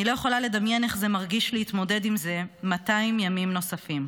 אני לא יכולה לדמיין איך זה מרגיש להתמודד עם זה 200 ימים נוספים.